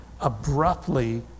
abruptly